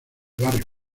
barrio